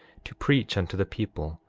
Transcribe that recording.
to preach unto the people.